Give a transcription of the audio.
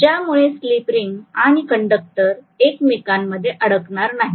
ज्यामुळे slip ring आणि conductor एकमेकांमध्ये अडकणार नाहीत